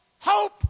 Hope